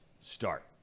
start